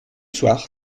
soir